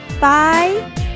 Bye